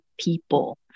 people